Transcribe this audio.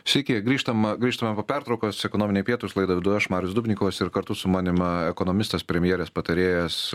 sveiki grįžtam grįžtame po pertraukos ekonominiai pietūs laidą vedu aš marius dubnikovas ir kartu su manim ekonomistas premjerės patarėjas